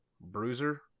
Bruiser